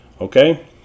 Okay